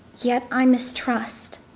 yet i mistrust.